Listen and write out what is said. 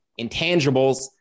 intangibles